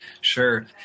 Sure